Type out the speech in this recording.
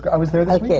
i was there like yeah